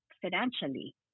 financially